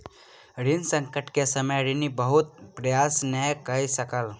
ऋण संकट के समय ऋणी बहुत प्रयास नै कय सकल